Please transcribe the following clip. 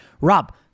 Rob